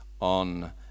on